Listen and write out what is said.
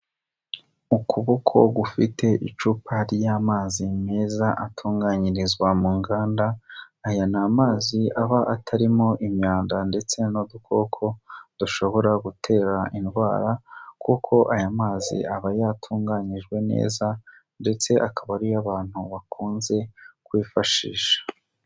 Ukuboko gufite icupa ry'amazi meza atunganyirizwa mu nganda, aya ni amazi aba atarimo imyanda ndetse n'udukoko dushobora gutera indwara kuko aya mazi aba yatunganyijwe neza ndetse akaba ariyo abantu bakunze kwifashisha.